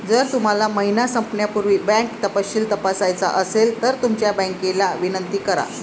जर तुम्हाला महिना संपण्यापूर्वी बँक तपशील तपासायचा असेल तर तुमच्या बँकेला विनंती करा